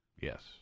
Yes